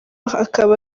akaba